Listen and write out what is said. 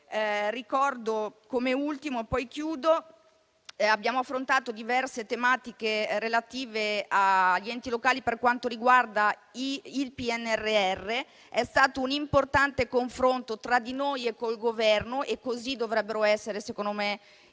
Da ultimo, abbiamo affrontato diverse tematiche relative agli enti locali per quanto riguarda il PNRR. Vi è stato un importante confronto tra di noi e col Governo. Così dovrebbero svolgersi, secondo me,